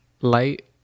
Light